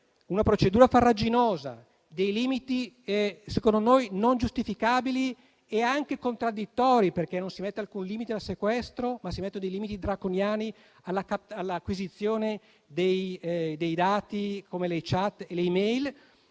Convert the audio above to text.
una procedura farraginosa e limiti secondo noi non giustificabili e anche contraddittori, perché non si mette alcun limite al sequestro, ma si mettono limiti draconiani all'acquisizione dei dati come le *chat* e le *email*.